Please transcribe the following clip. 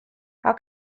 how